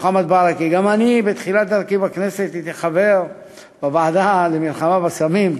מוחמד ברכה: גם אני בתחילת דרכי בכנסת הייתי חבר בוועדה למלחמה בסמים,